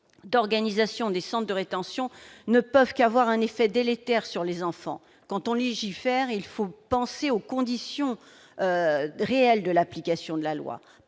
d'organisation des centres de rétention ne peuvent qu'avoir un effet délétère sur les enfants. Quand on légifère, il faut penser aux conditions réelles de l'application de la loi.